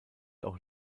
auch